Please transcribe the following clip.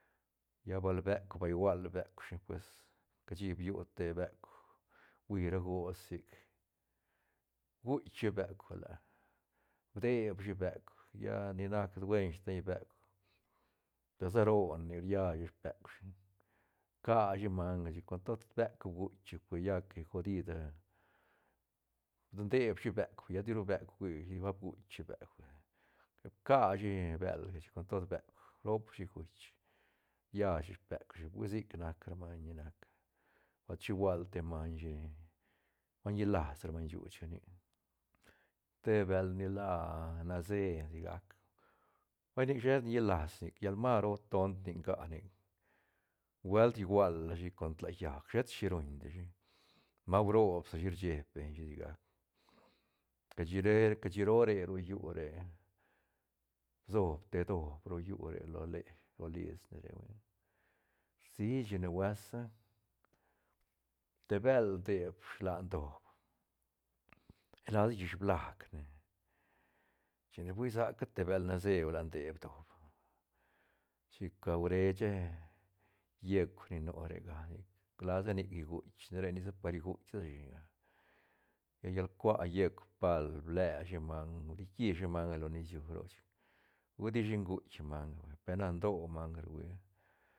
Lla bal beuk bal gual beuk shi pues cashi biu te beuk hui ra gots sic guitk shi beuk huila deb shi beuk lla ni nac dueñ steiñ beuk tasa ron nic riashi speuk shi bcaa shi manga chic con tod beuk guitk shi fuia lla que godid ah ndeeb shi beuk lla diru beuk hui ba guitk shi beuk bcaa shi bëlga chic con tod beuk rop rashi guitk chic llashi speuk shi hui sic nac ra maiñ ni nac bal chigual te maiñ shi maiñ ñilas ra maiñ shuuch ga nic te bël ni la nace sigac vay nic sheta ñilas nic llal maru tont nic nga nic guelt igual rashi con tla llaäc shet shi ruñ dishi mau roobsi shi rche beñ shi sigac cashi re cashi roo re ro llu re sob te doob ro llu re lo lë ro lisne re rsil chi na huesa te bël ndeeb slan doob lasa llish blajne chine fui sa ca te bël nace huila ndeeb doob chic uresha yeuk ni nu rega lasa nic guitk shi na re ni par guitk a sa shi ra lla llal cua yeuc pal ble shi manga diqui shi manga lo nisiu roc chic hui dishi guitk manga vay per na ndo manga ruia.